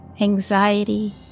anxiety